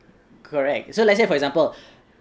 correct so let's say for example